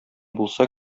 булса